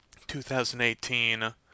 2018